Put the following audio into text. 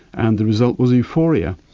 and the result was euphoria.